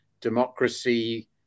democracy